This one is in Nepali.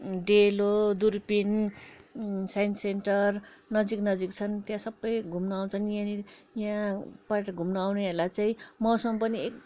डेलो दुर्पिन साइन्स सेन्टर नजिक नजिक छन् त्यहाँ सबै घुम्न आउँछन् यहाँनिर यहाँ पर्यटक घुन्ने आउनेहरूलाई चाहिँ मौसम पनि